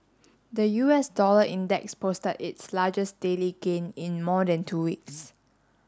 the U S dollar index posted its largest daily gain in more than two weeks